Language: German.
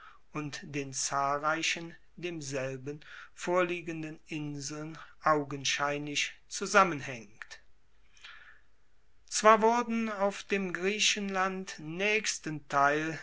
und den zahlreichen demselben vorliegenden inseln augenscheinlich zusammenhaengt zwar wurden auf dem griechenland naechsten teil